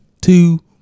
two